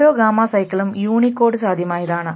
ഓരോ ഗാമാ സൈക്കിളും യൂണികോഡ് സാധ്യമായതാണ്